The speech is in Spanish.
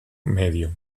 medio